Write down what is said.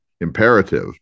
imperative